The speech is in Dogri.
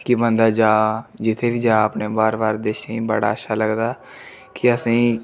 कि बन्दा जा जित्थें बी जा अपने बाह्र बाह्र देशें गी बड़ा अच्छा लगदा कि असेंगी